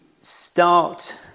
start